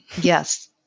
Yes